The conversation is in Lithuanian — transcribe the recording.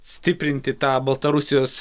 stiprinti tą baltarusijos